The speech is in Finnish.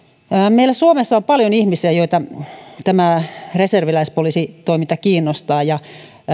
meillä suomessa on paljon ihmisiä joita tämä reserviläispoliisitoiminta kiinnostaa ja